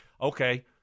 okay